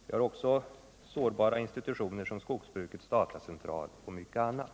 Vi har också sårbara insitutioner som Skogsbrukets Datacentral och många andra.